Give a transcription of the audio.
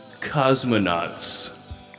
cosmonauts